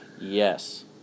Yes